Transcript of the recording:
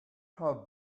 have